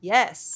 Yes